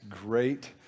great